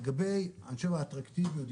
לגבי האטרקטיביות,